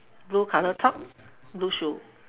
blue colour top blue shoe